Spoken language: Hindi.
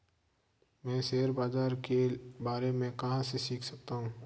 मैं शेयर बाज़ार के बारे में कहाँ से सीख सकता हूँ?